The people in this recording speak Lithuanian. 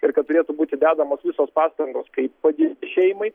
ir kad turėtų būti dedamos visos pastangos kaip padėti šeimai